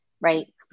right